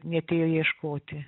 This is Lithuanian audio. neatėjo ieškoti